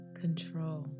control